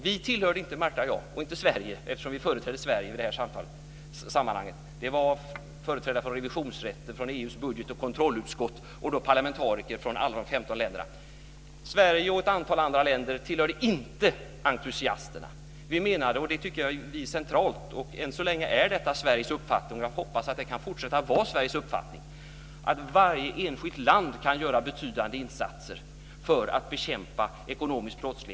Märta och jag och Sverige - vi företrädde ju Sverige i de här sammanhangen - tillhörde inte dessa entusiaster. Företrädare för revisionsrätten, för EU:s budget och kontrollutskott och parlamentariker från alla de 15 länderna deltog också. Sverige och ett antal andra länder tillhörde alltså inte entusiasterna. Vi menar att varje enskilt land kan göra betydande insatser för att bekämpa ekonomisk brottslighet och brottslighet som är riktad mot gemenskapens gemensamma ekonomiska intressen. Detta är centralt, och än så länge är det Sveriges uppfattning.